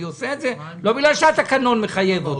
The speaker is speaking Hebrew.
אני עושה את זה לא בגלל שהתקנון מחייב אותי.